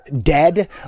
dead